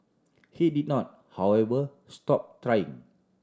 he did not however stop trying